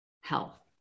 health